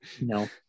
No